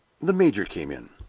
the major came in.